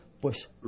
pues